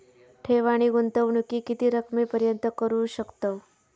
ठेव आणि गुंतवणूकी किती रकमेपर्यंत करू शकतव?